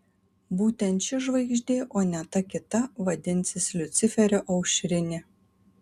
būtent ši žvaigždė o ne ta kita vadinsis liuciferio aušrinė